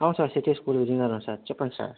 ఆ sir city school Vizianagaram sir చెప్పండి sir